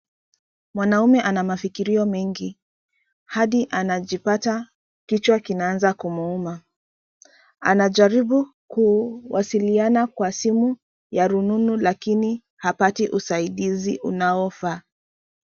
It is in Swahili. Mwanaume ana mafikirio mengi hadi anajipata kichwa kinaanza kumuuma. Anajaribu kuwasiliana kwa simu ya rununu lakini hapati usaidizi unaofaa.